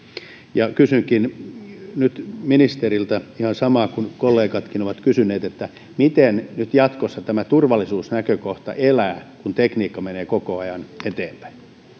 kysynkin nyt ministeriltä ihan samaa kuin kollegatkin ovat kysyneet miten nyt jatkossa tämä turvallisuusnäkökohta elää kun tekniikka menee koko ajan eteenpäin